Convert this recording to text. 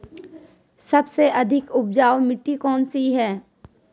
सबसे अधिक उपजाऊ मिट्टी कौन सी है?